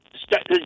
start